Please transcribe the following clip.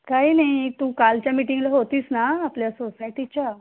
काही नाही तू कालच्या मिटिंगला होतीस ना आपल्या सोसायटीच्या